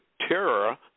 terror